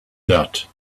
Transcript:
that